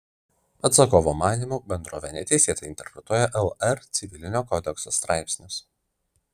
atsakovo manymu bendrovė neteisėtai interpretuoja lr civilinio kodekso straipsnius